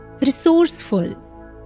resourceful